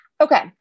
Okay